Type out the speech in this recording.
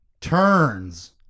turns